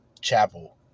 Chapel